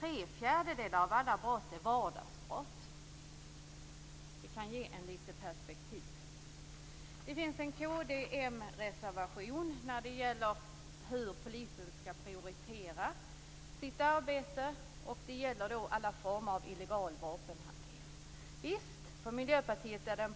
Tre fjärdedelar av alla brott är vardagsbrott - det kanske kan ge lite perspektiv. Det finns en reservation från Kristdemokraterna och Moderaterna när det gäller hur polisen skall prioritera sitt arbete. Det gäller då alla former av illegal vapenhantering. Visst, för Miljöpartiet är det en